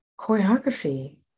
choreography